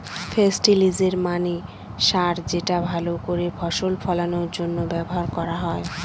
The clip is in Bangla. ফেস্টিলিজের মানে সার যেটা ভাল করে ফসল ফলানোর জন্য ব্যবহার করা হয়